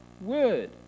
word